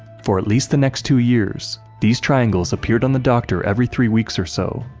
for at least the next two years, these triangles appeared on the doctor every three weeks or so,